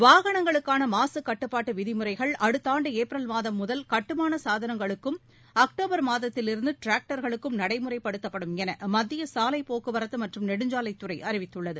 வாகனங்களுக்கான மாசு கட்டுப்பாட்டு விதிமுறைகள் அடுத்தாண்டு ஏப்ரல் மாதம் முதல் கட்டுமான சாதனங்களுக்கும் அக்டோபர் மாதத்தில் இருந்து டிராக்டர்களுக்கும் நடைமுறைப்படுத்தப்படும் என மத்திய சாலை போக்குவரத்து மற்றும் நெடுஞ்சாலைத்துறை அறிவித்துள்ளது